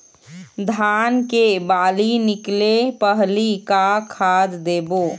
धान के बाली निकले पहली का खाद देबो?